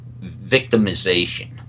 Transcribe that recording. victimization